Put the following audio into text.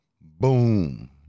boom